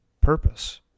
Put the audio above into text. purpose